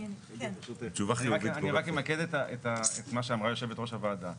אני אמקד את מה שאמרה יושבת ראש הוועדה.